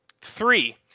Three